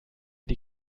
die